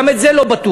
גם את זה לא בטוח.